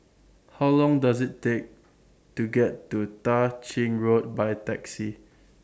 How Long Does IT Take to get to Tah Ching Road By Taxi